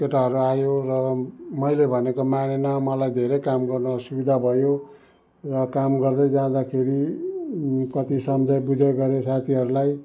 केटाहरू आयो र मैले भनेको मानेन मलाई धेरै काम गर्न असुविधा भयो र काम गर्दै जाँदाखेरि कति सम्झाइ बुझाइ गरेँ साथीहरूलाई